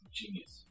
genius